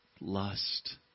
lust